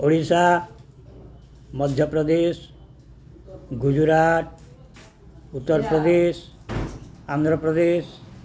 Odisha Madhya Pradesh Gujarat Uttar Pradesh Andhra Pradesh